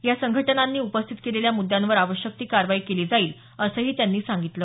या संघटनांनी उपस्थित केलेल्या मुद्यांवर आवश्यक ती कारवाई केली जाईल असंही त्यांनी सांगितलं